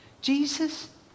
Jesus